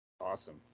Awesome